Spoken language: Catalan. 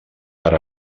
per